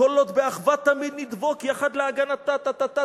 כל עוד באחווה תמיד נדבוק, יחד להגנתה, ".